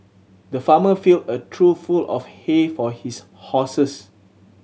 the farmer filled a trough full of hay for his horses